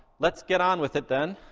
let's get on with it then.